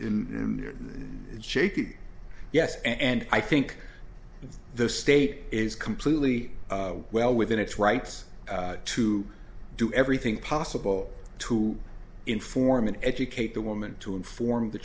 in shaky yes and i think the state is completely well within its rights to do everything possible to inform and educate the woman to inform the